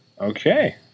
Okay